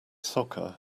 soccer